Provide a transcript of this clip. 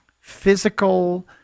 physical